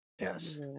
yes